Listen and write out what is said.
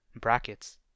brackets